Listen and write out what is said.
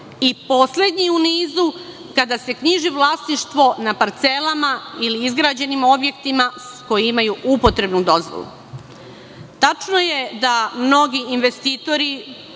a poslednji u nizu kada se knjiži vlasništvo na parcelama ili izgrađenim objektima koji imaju upotrebnu dozvolu. Tačno je da mnogi investitori